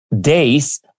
days